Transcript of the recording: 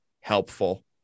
helpful